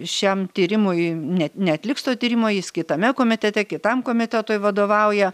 šiam tyrimui net neatliks to tyrimo jis kitame komitete kitam komitetui vadovauja